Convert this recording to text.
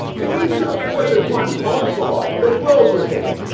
can you tell me whether one launcelot, that dwells with him,